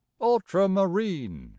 ultramarine